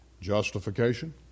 Justification